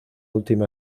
última